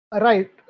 Right